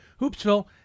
Hoopsville